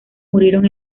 murieron